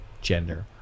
gender